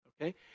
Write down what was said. okay